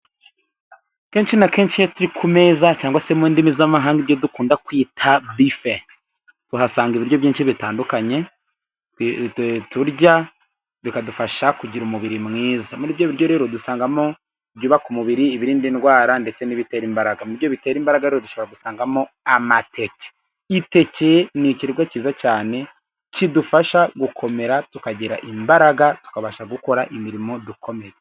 Kenshi na kenshi iyo turi ku meza cyangwa se mu ndimi z'amahanga ibyo dukunda kwita bife, tuhasanga ibiryo byinshi bitandukanye turya bikadufasha kugira umubiri mwiza. Rero dusangamo ibyubaka umubiri I birinda indwara ndetse n'ibitera imbaraga, muri byo bitera imbaraga dushobora gusangamo amateke. Amateke n'ikiribwa cyiza cyane kidufasha gukomera tukagira imbaraga tukabasha gukora imirimo ikomeye.